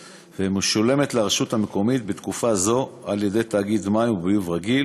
ומשולמת לרשות המקומית בתקופה זו על-ידי תאגיד מים וביוב רגיל